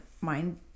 mind